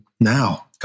now